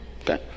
Okay